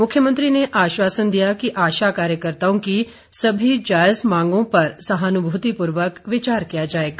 मुख्यमंत्री ने आश्वासन दिया कि आशा कार्यकर्ताओं की समी जायज मांगों पर सहानुभूति पूर्वक विचार किया जाएगा